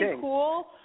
cool